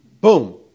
Boom